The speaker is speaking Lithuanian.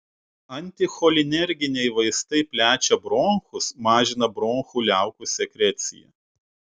anticholinerginiai vaistai plečia bronchus mažina bronchų liaukų sekreciją